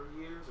years